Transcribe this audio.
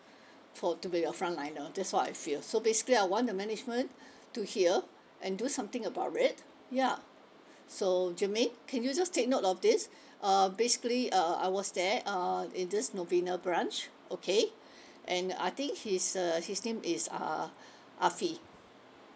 for to be a front liner that's what I feel so basically I want the management to hear and do something about it ya so jermaine can you just take note of this uh basically uh I was there uh in this novena branch okay and I think his uh his name is uh afi